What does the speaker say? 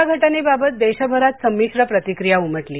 या घटनेबाबत देशभरात संमिश्र प्रतिक्रिया उमटली